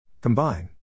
Combine